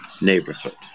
neighborhood